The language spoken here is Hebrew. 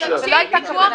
זאת לא היתה הכוונה.